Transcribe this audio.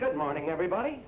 good morning everybody